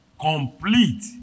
complete